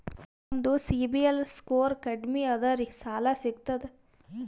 ನಮ್ದು CIBIL score ಕಡಿಮಿ ಅದರಿ ಸಾಲಾ ಸಿಗ್ತದ?